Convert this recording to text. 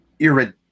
irid